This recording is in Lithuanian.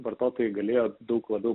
vartotojai galėjo daug labiau